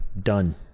done